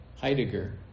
Heidegger